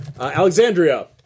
Alexandria